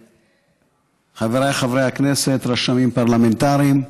חבריי חברי הכנסת, רשמים פרלמנטריים,